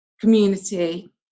community